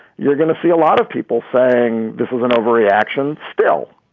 you're going to see a lot of people saying this is an overreaction still.